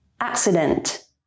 Accident